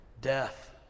death